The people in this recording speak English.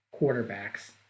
quarterbacks